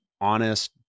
honest